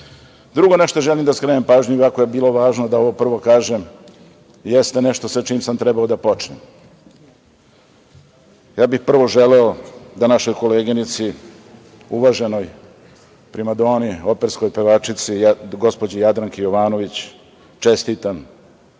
nešto želim da skrenem pažnju, iako je bilo važno da ovo prvo kažem, jeste nešto sa čim sam trebao da počnem. Prvo bih želeo da našoj koleginici, uvaženoj primadoni, operskoj pevačici, gospođi Jadranki Jovanović čestitam